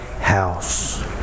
house